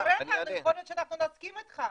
תראה אותם, יכול להיות שאנחנו נסכים איתך.